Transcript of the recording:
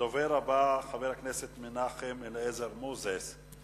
הדובר הבא, חבר הכנסת מנחם אליעזר מוזס,